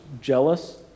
jealous